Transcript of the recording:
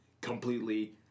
completely